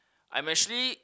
I'm actually